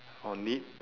on it